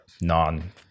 non